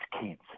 kids